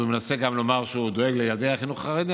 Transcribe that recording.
מנסה גם לומר שהוא דואג לילדי החרדי.